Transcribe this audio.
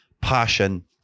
passion